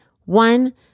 One